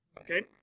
Okay